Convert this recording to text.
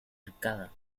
arcada